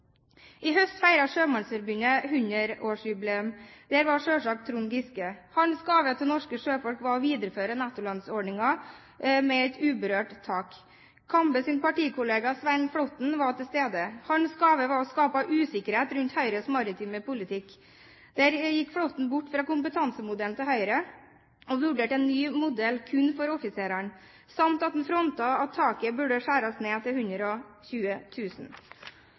I høst feiret Sjømannsforbundet 100-årsjubileum. Der var selvsagt Trond Giske. Hans gave til norske sjøfolk var å videreføre nettolønnsordningen med et uberørt tak. Kambes partikollega Svein Flåtten var til stede. Hans gave var å skape usikkerhet rundt Høyres maritime politikk. Flåtten gikk bort fra kompetansemodellen til Høyre og vurderte en ny modell kun for offiserene. Han frontet også at taket burde skjæres ned til